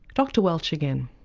dr welch again.